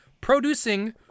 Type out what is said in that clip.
Producing